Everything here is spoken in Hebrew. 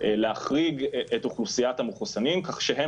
להחריג את אוכלוסיית המחוסנים כך שהם